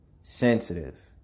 sensitive